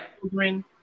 children